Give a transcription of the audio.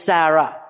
Sarah